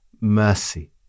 mercy